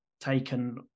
taken